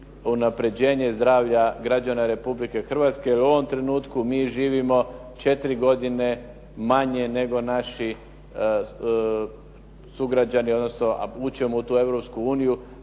unapređenje zdravlja građana Republike Hrvatske, jer u ovom trenutku mi živimo 4 godine manje, nego naši sugrađani, odnosno ući ćemo u tu Europsku uniju.